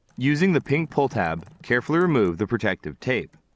using the pink pull tab, carefully remove the protective tape.